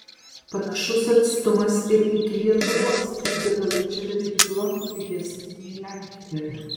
panašus atstumas ir iki lietuvos tik degalai čia beveik zlotu pigesni nei lenkijoje